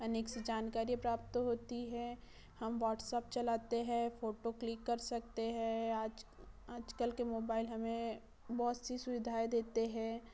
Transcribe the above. अनेक से जानकारी प्राप्त होती है हम व्हाट्सअप चलाते हैं फ़ोटो क्लिक कर सकते हैं आज आजकल के मोबाईल हमें बहुत सी सुविधाएँ देते हैं